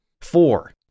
Four